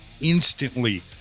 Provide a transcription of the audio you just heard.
instantly